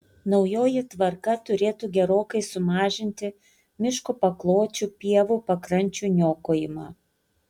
naujoji tvarka turėtų gerokai sumažinti miško pakločių pievų pakrančių niokojimą